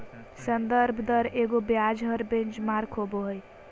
संदर्भ दर एगो ब्याज दर बेंचमार्क होबो हइ